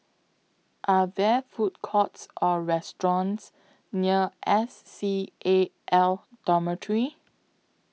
Are There Food Courts Or restaurants near S C A L Dormitory